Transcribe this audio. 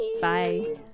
Bye